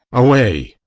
away!